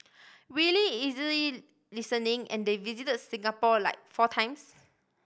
really easily listening and they visit Singapore like four times